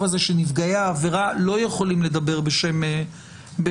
מאוד הזה שבו נפגעי העבירה לא יכולים לדבר בשם עצמם.